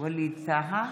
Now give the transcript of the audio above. ווליד טאהא,